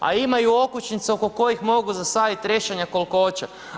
A imaju okućnice oko kojih mogu zasadit trešanja koliko hoće.